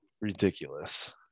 ridiculous